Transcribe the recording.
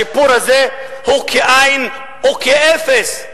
השיפור הזה הוא כאין וכאפס,